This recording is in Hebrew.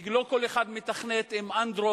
כי לא כל אחד מתכנת עם "אנדרואיד",